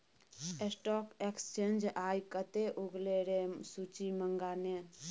stock exchange आय कते उगलै रै सूची मंगा ने